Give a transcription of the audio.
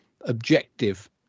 objective